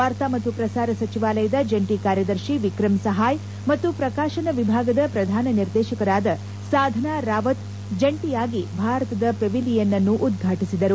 ವಾರ್ತಾ ಮತ್ತು ಪ್ರಸಾರ ಸಚಿವಾಲಯದ ಜಂಟಿ ಕಾರ್ಯದರ್ಶಿ ವಿಕ್ರಂ ಸಹಾಯ್ ಮತ್ತು ಪ್ರಕಾಶನ ವಿಭಾಗದ ಪ್ರಧಾನ ನಿರ್ದೇಶಕರಾದ ಸಾಧನಾ ರಾವತ್ ಜಂಟಿಯಾಗಿ ಭಾರತದ ಪೆವಿಲಿಯನ್ ಅನ್ನು ಉದ್ಘಾಟಿಸಿದರು